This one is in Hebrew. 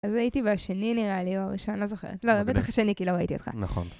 אז הייתי בשני נראה לי, או הראשון, לא זוכרת, בטח השני כי לא ראיתי אותך. נכון.